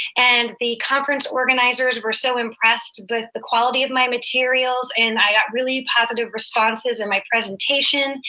and the conference organizers were so impressed with the quality of my materials. and i got really positive responses in my presentation,